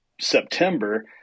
September